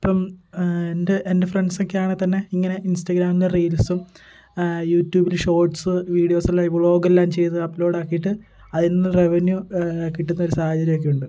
ഇപ്പം എൻ്റെ എൻ്റെ ഫ്രണ്ട്സൊക്കെ ആണെങ്കിൽ തന്നെ ഇങ്ങനെ ഇൻസ്റ്റാഗ്രാമിൽ റീൽസും യൂട്യൂബിൽ ഷോർട്സ് വീഡിയോസെല്ലാം വ്ളോഗെല്ലാം ചെയ്ത് അപ്ലോഡ് ആക്കിയിട്ട് അതിൽനിന്ന് റെവന്യൂ കിട്ടുന്നൊരു സാഹചര്യം ഒക്കെയുണ്ട്